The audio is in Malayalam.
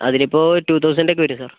അതിനിപ്പോൾ ടു തൗസൻഡ് ഒക്കെ വരും സാർ